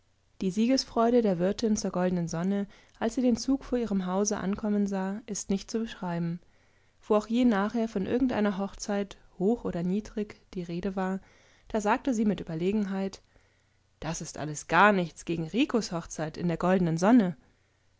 die siegesfreude der wirtin zur goldenen sonne als sie den zug vor ihrem hause ankommen sah ist nicht zu beschreiben wo auch je nachher von irgendeiner hochzeit hoch oder niedrig die rede war da sagte sie mit überlegenheit das ist alles gar nichts gegen ricos hochzeit in der goldenen sonne